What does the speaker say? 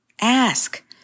Ask